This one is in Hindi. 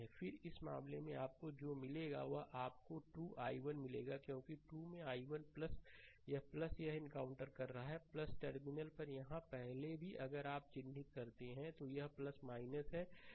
फिर इस मामले में आपको जो मिलेगा वह आपको 2 i1 मिलेगा क्योंकि 2 में i1 यह यह एनकाउंटर कर रहा टर्मिनल पर यहाँ पहले भी अगर आप चिह्नित करते हैं तो यह है